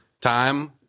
time